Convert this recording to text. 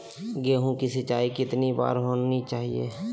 गेहु की सिंचाई कितनी बार होनी चाहिए?